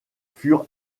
furent